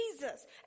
Jesus